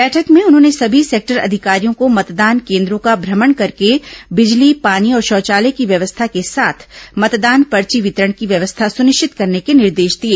बैठक में उन्होंने सभी सेक्टर अधिकारियों को मतदान केन्द्रों का भ्रमण करके बिजली पॉनी और शौचालय की व्यवस्था के साथ मतदान पर्ची वितरण की व्यवस्था सुनिश्चित करने के निर्देश दिए